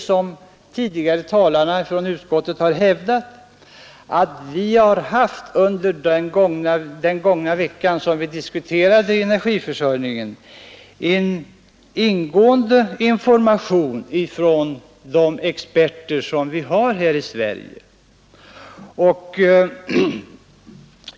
Som tidigare talesmän för utskottet hävdat har vi under den vecka då vi diskuterade energiförsörjningen haft en ingående information från de experter som finns här i Sverige.